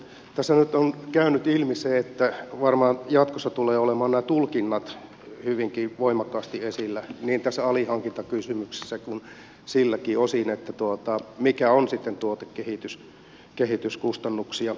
tässä nyt on käynyt ilmi se että varmaan jatkossa tulevat olemaan nämä tulkinnat hyvinkin voimakkaasti esillä niin tässä alihankintakysymyksessä kuin siltäkin osin mikä on sitten tuotekehityskustannuksia